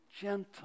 gentle